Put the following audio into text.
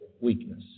weakness